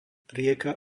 rieka